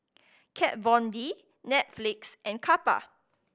Kat Von D Netflix and Kappa